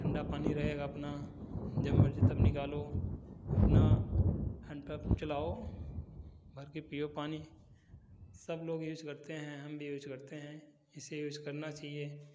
ठंड पानी रहेगा अपना जब मर्जी तब निकालो अपना हैंडपंप चलाओ भर कर पियो पानी सब लोग ऐसे करते हैं हम भी ऐसे करते हैं इसे वैसे करना चाहिए